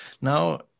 now